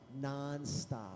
nonstop